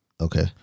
Okay